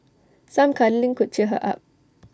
some cuddling could cheer her up